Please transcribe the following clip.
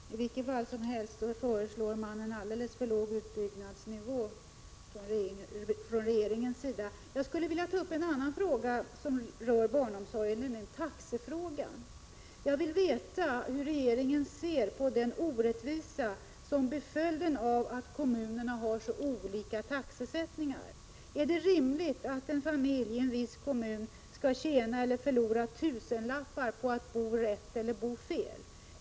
Herr talman! I vilket fall som helst föreslår regeringen en alldeles för låg utbyggnadsnivå. Jag skulle vilja ta upp en annan sak som rör barnomsorgen, nämligen taxefrågan. Jag vill veta hur regeringen ser på den orättvisa som blir följden av att kommunerna har så olika taxesättningar. Är det rimligt att en familj skall tjäna eller förlora tusenlappar på att bo i rätt eller fel kommun?